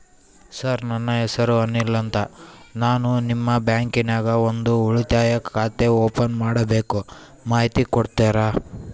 Sir ನನ್ನ ಹೆಸರು ಅನಿಲ್ ಅಂತ ನಾನು ನಿಮ್ಮ ಬ್ಯಾಂಕಿನ್ಯಾಗ ಒಂದು ಉಳಿತಾಯ ಖಾತೆ ಓಪನ್ ಮಾಡಬೇಕು ಮಾಹಿತಿ ಕೊಡ್ತೇರಾ?